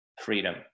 freedom